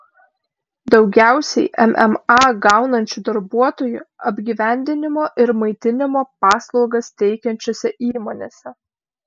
daugiausiai mma gaunančių darbuotojų apgyvendinimo ir maitinimo paslaugas teikiančiose įmonėse